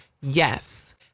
yes